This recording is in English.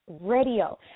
Radio